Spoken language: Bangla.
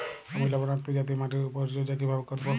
আমি লবণাক্ত জাতীয় মাটির পরিচর্যা কিভাবে করব?